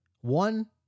One